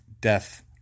death